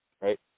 right